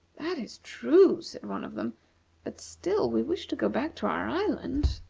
that is true, said one of them but still we wish to go back to our island.